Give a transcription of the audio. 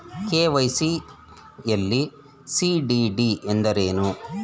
KYC ಯಲ್ಲಿ CDD ಎಂದರೇನು?